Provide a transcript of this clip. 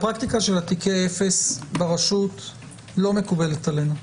הפרקטיקה של תיקי אפס ברשות לא מקובלת עלינו.